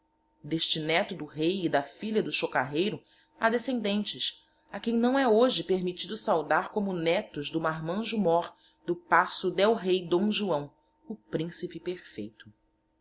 d'este neto do rei e da filha do chocarreiro ha descendentes a quem não é hoje permittido saudar como netos do marmanjo mór do paço d'el-rei d joão o principe perfeito